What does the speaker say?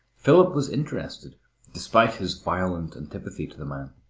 philip was interested despite his violent antipathy to the man.